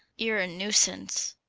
you're a nuisance!